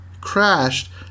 crashed